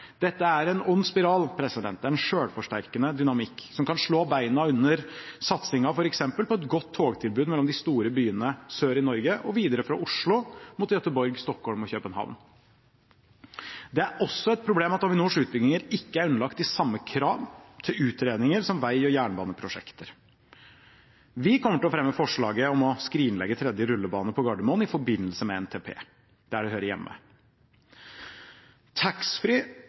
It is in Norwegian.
Dette er en ond spiral. Det er en selvforsterkende dynamikk, som kan slå beina under satsingen på f.eks. et godt togtilbud mellom de store byene sør i Norge og videre fra Oslo mot Gøteborg, Stockholm og København. Det er også et problem at Avinors utbygginger ikke er underlagt de samme krav til utredninger som vei- og jernbaneprosjekter. Vi kommer til å fremme forslaget om å skrinlegge en tredje rullebane på Gardermoen i forbindelse med NTP, der det hører hjemme. Taxfree